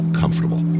comfortable